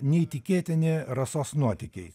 neįtikėtini rasos nuotykiai